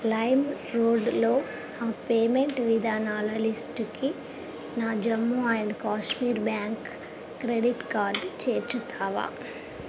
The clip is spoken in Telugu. లైమ్ రోడ్లో నా పేమెంట్ విధానాల లిస్టుకి నా Jammu and Kashmir bank credit card చేర్చుతావా